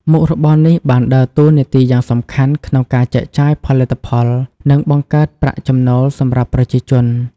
មុខរបរនេះបានដើរតួនាទីយ៉ាងសំខាន់ក្នុងការចែកចាយផលិតផល និងបង្កើតប្រាក់ចំណូលសម្រាប់ប្រជាជន។